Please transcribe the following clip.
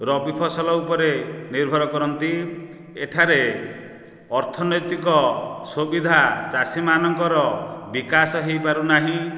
ରବି ଫସଲ ଉପରେ ନିର୍ଭର କରନ୍ତି ଏଠାରେ ଅର୍ଥନୈତିକ ସୁବିଧା ଚାଷୀମାନଙ୍କର ବିକାଶ ହୋଇପାରୁନାହିଁ